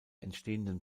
entstehenden